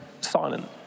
silent